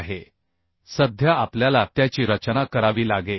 आहे सध्या आपल्याला त्याची रचना करावी लागेल